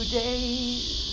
days